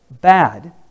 bad